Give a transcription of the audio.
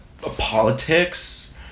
politics